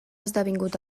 esdevingut